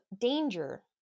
Danger